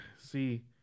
see